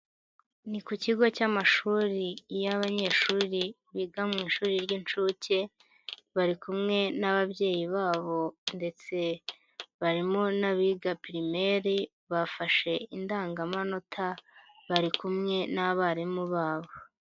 Ni ku kigo cy'amashuri y'abanyeshuri biga mu ishuri ry'incuke, bari kumwe n'ababyeyi babo ndetse barimo n'abiga pirimeri, bafashe indangamanota bari kumwe n'abarimu babo.